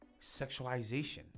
sexualization